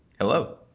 hello